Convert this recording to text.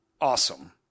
awesome